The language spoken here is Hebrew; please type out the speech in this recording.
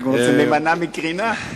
אנחנו רוצים להימנע מקרינה.